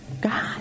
God